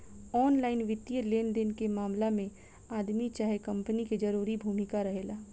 online वित्तीय लेनदेन के मामला में आदमी चाहे कंपनी के जरूरी भूमिका रहेला